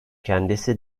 kendisi